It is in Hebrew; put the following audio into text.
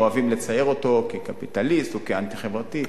אוהבים לצייר אותו כקפיטליסט או כאנטי-חברתי.